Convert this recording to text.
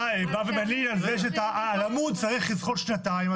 אתה בא ומלין על זה שעל עמוד צריך לזחול שנתיים,